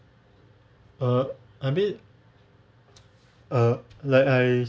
err a bit err like I